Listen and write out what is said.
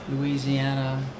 Louisiana